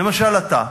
למשל אתה,